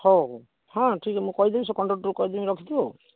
ହଉ ହଉ ହଁ ଠିକ୍ଅଛି ମୁଁ କହିଦେବି ସେ କଣ୍ଡକ୍ଟର୍କୁ କହିଦେମି ରଖିଥିବ ଆଉ